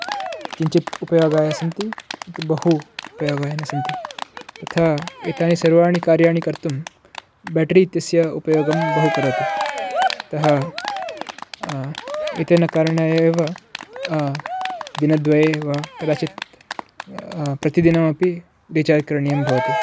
किञ्चित् उपयोगाय सन्ति बहु उपयोगाय न सन्ति तथा एतानि सर्वाणि कार्याणि कर्तुं बेटरी इत्यस्य उपयोगं बहु करोति अतः एतेन कारणेन एव दिनद्वये एव कदाचित् प्रतिदिनमपि रीचार्ज् करणीयं भवति